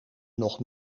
nog